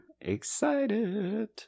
excited